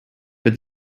but